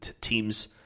teams